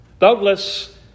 Doubtless